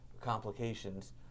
complications